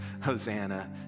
Hosanna